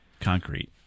concrete